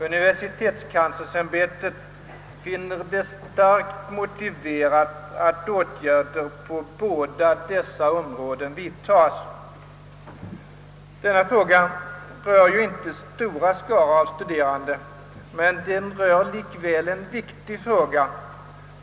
UKÄ finner det starkt motiverat att åtgärder på båda dessa områden vidtas.» Denna fråga rör inte stora skaror av studerande, men den har dock samband med ett viktigt problem.